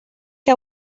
que